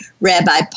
Rabbi